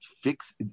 fix